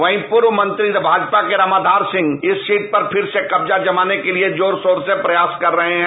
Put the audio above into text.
वहीं पूर्व मंत्री भाजपा के रामाधार सिंह इस सीट पर फिर से कब्जा जमाने के लिए जोर शोर से प्रयास कर रहे हैं